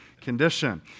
condition